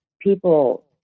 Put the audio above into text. people